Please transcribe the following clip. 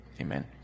Amen